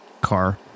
Car